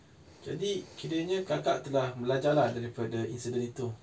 jadi kiranya kakak telah belajar lah daripada incident tu